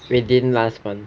within last month